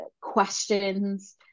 questions